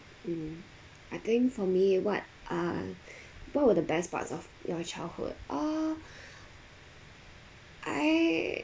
mm I think for me what are what were the best parts of your childhood ah I